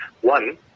One